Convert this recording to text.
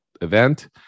event